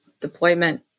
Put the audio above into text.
deployment